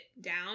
down